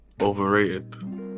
overrated